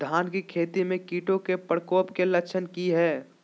धान की खेती में कीटों के प्रकोप के लक्षण कि हैय?